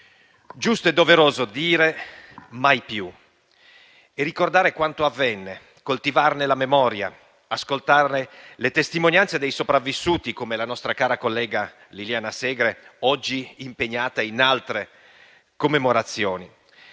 Giusto e doveroso dire mai più, e ricordare quanto avvenne, coltivarne la memoria, ascoltare le testimonianze dei sopravvissuti, come la nostra cara collega Liliana Segre - oggi impegnata in altre commemorazioni